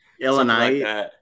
Illinois